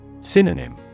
Synonym